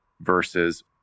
versus